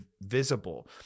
visible